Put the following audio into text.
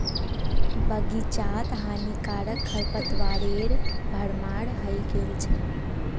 बग़ीचात हानिकारक खरपतवारेर भरमार हइ गेल छ